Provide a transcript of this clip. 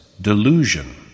delusion